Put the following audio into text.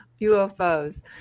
ufos